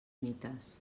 mites